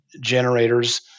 generators